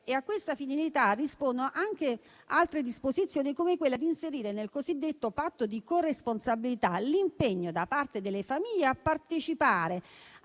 e a questa finalità rispondono anche altre disposizioni, come quella di inserire nel cosiddetto patto di corresponsabilità l'impegno da parte delle famiglie a partecipare